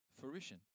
fruition